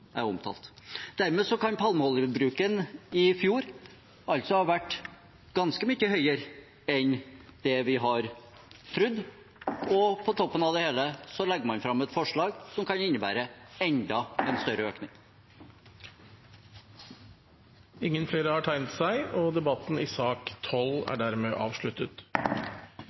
er omtalt. Dermed kan palmeoljebruken i fjor altså ha vært ganske mye høyere enn det vi har trodd. På toppen av det hele legger man fram et forslag som kan innebære enda større økning. Flere har ikke bedt om ordet til sak nr. 12. Etter ønske fra familie- og kulturkomiteen vil presidenten ordne debatten